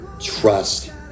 trust